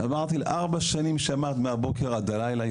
ארבע שנים שמעה מהבוקר עד הלילה,